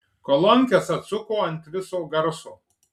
kolonkes atsuko ant viso garso